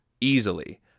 easily